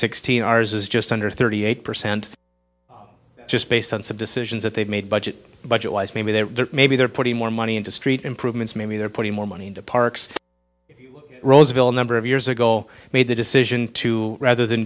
sixteen hours is just under thirty eight percent just based on some decisions that they've made budget budget wise maybe they're maybe they're putting more money into street improvements maybe they're putting more money into parks roseville number of years ago made the decision to rather than